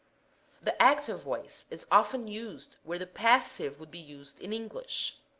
the active voice is often used where the passive would be used in english.